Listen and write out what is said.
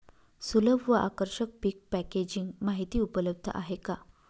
सुलभ व आकर्षक पीक पॅकेजिंग माहिती उपलब्ध आहे का?